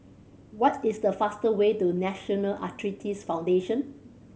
what is the fastest way to National Arthritis Foundation